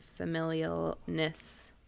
familialness